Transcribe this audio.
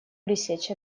пресечь